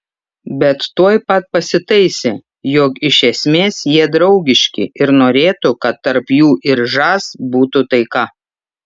bet tuoj pat pasitaisė jog iš esmės jie draugiški ir norėtų kad tarp jų ir žas būtų taika